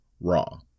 Raw